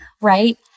right